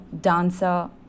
dancer